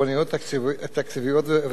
תקציביות ואחרות.